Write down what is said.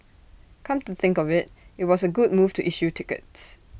come to think of IT it was A good move to issue tickets